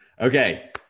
Okay